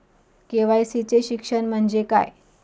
KYC चे शिक्षण म्हणजे काय?